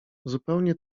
zupełnie